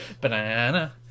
Banana